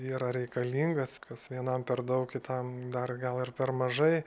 yra reikalingas kas vienam per daug kitam dar gal ir per mažai